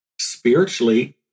Spiritually